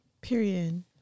Period